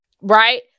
right